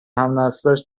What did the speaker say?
همنسلانش